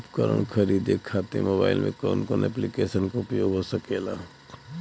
उपकरण खरीदे खाते मोबाइल में कौन ऐप्लिकेशन का उपयोग होखेला?